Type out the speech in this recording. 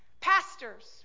Pastors